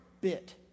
bit